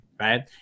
right